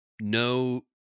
no